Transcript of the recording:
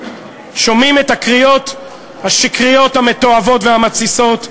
שומעים את הקריאות השקריות, המתועבות והמתסיסות,